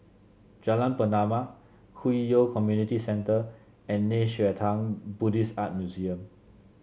Jalan Pernama Hwi Yoh Community Centre and Nei Xue Tang Buddhist Art Museum